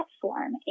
platform